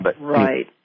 Right